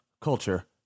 Culture